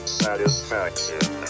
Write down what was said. satisfaction